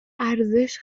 ارزش